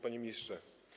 Panie Ministrze!